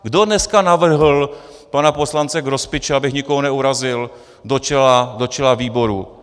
Kdo dneska navrhl pana poslance Grospiče, abych nikoho neurazil, do čela výboru?